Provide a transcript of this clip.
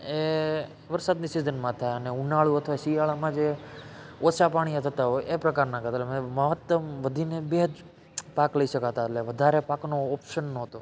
એ વરસાદની સીઝનમાં થાય અને ઉનાળા અથવા શિયાળામાં જે ઓછા પાણીએ થતા હોય એ પ્રકારના કે તમે મહત્તમ વધીને બે જ પાક લઈ શકાતા એટલે વધારે પાકનો ઓપ્શન નહોતો